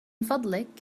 فضلك